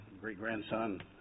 great-grandson